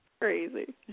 crazy